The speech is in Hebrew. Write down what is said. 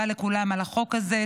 לכולם על העבודה החשובה על החוק הזה.